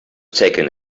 taking